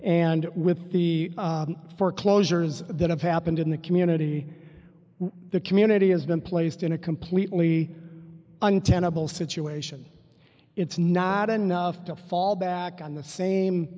and with the foreclosures that have happened in the community the community has been placed in a completely untenable situation it's not enough to fall back on the same